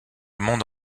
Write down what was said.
monde